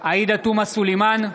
עאידה תומא סלימאן,